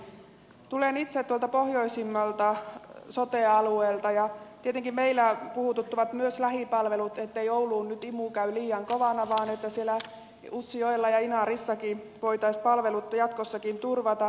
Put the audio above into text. tulen itse tuolta pohjoisimmalta sote alueelta ja tietenkin meillä puhututtavat myös lähipalvelut ettei oulun imu käy liian kovana vaan että siellä utsjoella ja inarissakin voitaisiin palvelut jatkossakin turvata